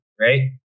right